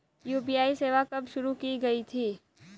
UPI सेवा कब शुरू की गई थी?